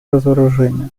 разоружению